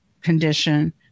condition